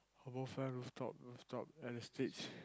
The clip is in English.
HabourFront rooftop rooftop at the stage